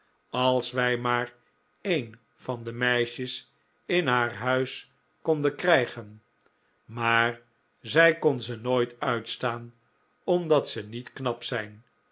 als wij maar een van de meisjes in haar huis konden krijgen maar zij kon ze nooit uitstaan omdat ze niet knap zijn